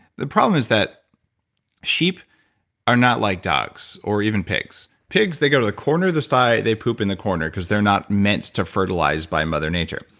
the problem is that sheep are not like dogs or even pigs. pigs, they go to the corner of the side, they poop in the corner because they're not meant to fertilize by mother nature.